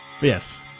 Yes